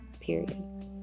period